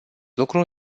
lucru